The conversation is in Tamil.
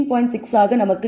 6 ஆக கிடைக்கும்